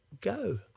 go